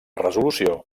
resolució